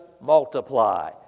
multiply